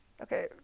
Okay